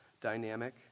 dynamic